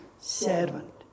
servant